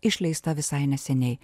išleista visai neseniai